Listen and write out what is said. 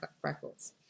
freckles